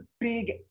big